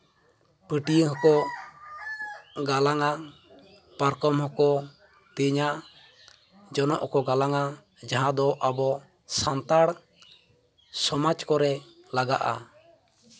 ᱯᱟᱹᱴᱭᱟᱹ ᱦᱚᱸᱠᱚ ᱜᱟᱞᱟᱝᱟ ᱯᱟᱨᱠᱚᱢ ᱦᱚᱸᱠᱚ ᱛᱮᱧᱟ ᱡᱚᱱᱚᱜ ᱦᱚᱸᱠᱚ ᱜᱟᱞᱟᱝᱟ ᱡᱟᱦᱟᱸ ᱫᱚ ᱟᱵᱚ ᱥᱟᱱᱛᱟᱲ ᱥᱚᱢᱟᱡᱽ ᱠᱚᱨᱮᱜ ᱞᱟᱜᱟᱜᱼᱟ